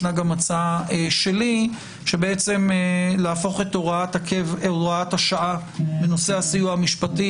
יש גם הצעה שלי להפוך את הוראת השעה בנושא הסיוע המשפטי